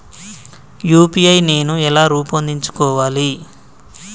UPI నేను ఎలా రూపొందించుకోవాలి?